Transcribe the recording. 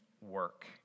work